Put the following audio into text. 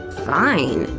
fine.